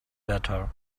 better